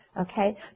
okay